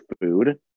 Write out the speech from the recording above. food